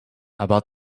about